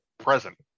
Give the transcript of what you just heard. present